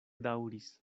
daŭris